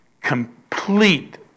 complete